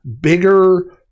bigger